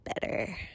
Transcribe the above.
better